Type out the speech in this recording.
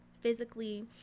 physically